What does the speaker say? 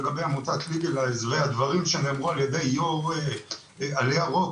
לגבי עמותת ליגלייז והדברים שנאמרו על ידי יו"ר עלה ירוק,